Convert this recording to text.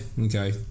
Okay